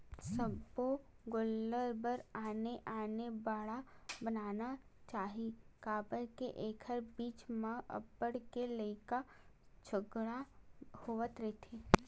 सब्बो गोल्लर बर आने आने बाड़ा बनाना चाही काबर के एखर बीच म अब्बड़ के लड़ई झगरा होवत रहिथे